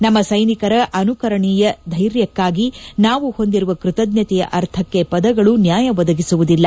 ನಮ್ನ ಸ್ಲೆನಿಕರ ಅನುಕರಣೀಯ ಧ್ಲೆರ್ಯಕ್ಕಾಗಿ ನಾವು ಹೊಂದಿರುವ ಕೃತಜ್ಞತೆಯ ಅರ್ಥಕ್ಷೆ ಪದಗಳು ನ್ಯಾಯ ಒದಗಿಸುವುದಿಲ್ಲ